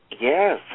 Yes